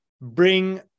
bring